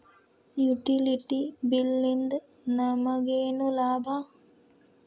Utility bill ನಿಂದ್ ನಮಗೇನ ಲಾಭಾ?